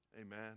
Amen